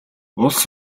улс